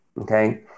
Okay